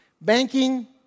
Banking